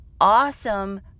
awesome